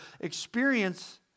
experience